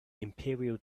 imperial